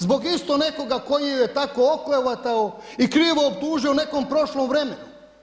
Zbog isto nekoga koji ju je tako oklevetao i krivo optužio u nekom prošlom vremenu.